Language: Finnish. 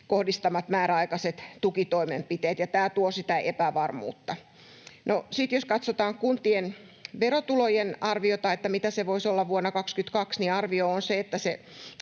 kohdistamat määräaikaiset tukitoimenpiteet, ja tämä tuo sitä epävarmuutta. No, sitten jos katsotaan kuntien verotulojen arviota, mitä se voisi olla vuonna 22, niin arvio on se, että